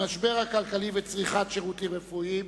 בנושא: המשבר הכלכלי וצריכת שירותים רפואיים.